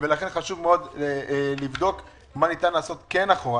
לכן חשוב מאוד לבדוק מה ניתן לעשות אחורה.